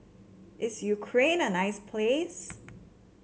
is Ukraine a nice place